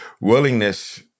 willingness